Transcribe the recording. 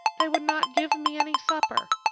they would not give me any supper.